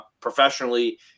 professionally –